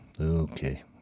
Okay